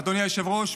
אדוני היושב-ראש,